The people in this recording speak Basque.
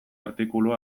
artikulu